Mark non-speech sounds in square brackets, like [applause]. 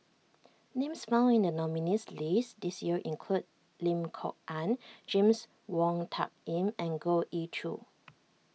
names found in the nominees' list this year include Lim Kok Ann James Wong Tuck Yim and Goh Ee Choo [noise]